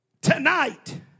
tonight